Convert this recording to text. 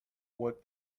what